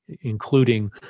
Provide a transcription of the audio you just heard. including